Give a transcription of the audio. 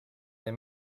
les